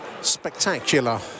spectacular